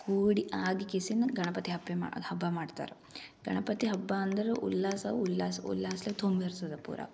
ಕೂಡಿ ಆಗ ಕೇಸಿಂದ ಗಣಪತಿ ಹಬ್ಬ ಮಾ ಅದು ಹಬ್ಬ ಮಾಡ್ತಾರೆ ಗಣಪತಿ ಹಬ್ಬ ಅಂದ್ರೆ ಉಲ್ಲಾಸ ಉಲ್ಲಾಸ ಉಲ್ಲಾಸ್ಲೆ ತುಂಬಿರ್ತದೆ ಪೂರಾ